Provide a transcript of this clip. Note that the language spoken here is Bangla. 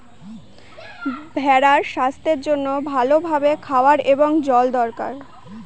ভেড়ার স্বাস্থ্যের জন্য ভালো ভাবে খাওয়ার এবং জল দরকার